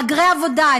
מהגרי עבודה,